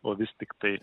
o vis tiktai